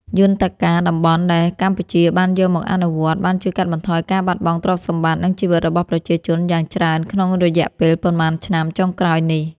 យន្តការតំបន់ដែលកម្ពុជាបានយកមកអនុវត្ត បានជួយកាត់បន្ថយការបាត់បង់ទ្រព្យសម្បត្តិ និងជីវិតរបស់ប្រជាជនយ៉ាងច្រើនក្នុងរយៈពេលប៉ុន្មានឆ្នាំចុងក្រោយនេះ។